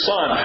Son